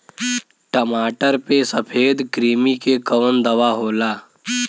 टमाटर पे सफेद क्रीमी के कवन दवा होला?